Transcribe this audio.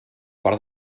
part